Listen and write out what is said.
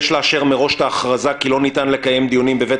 יש לאשר מראש את ההכרזה כי לא ניתן לקיים דיונים בבית